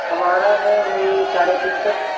ہمارا ہے وہی ساڑھے تین تک